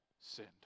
sinned